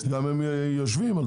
הם גם יושבים על זה.